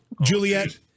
Juliet